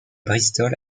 bristol